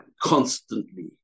constantly